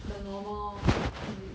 the normal lor is it